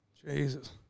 Jesus